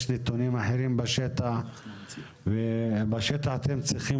יש נתונים אחרים בשטח ובשטח ובשטח אתם צריכים